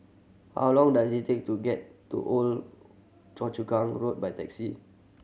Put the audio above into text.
how long does it take to get to Old Choa Chu Kang Road by taxi